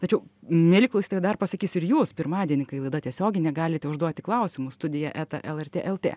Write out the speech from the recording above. tačiau mieli klausytojai dar pasakysiu ir jūs pirmadienį kai laida tiesioginė galite užduoti klausimus studija eta lrt lt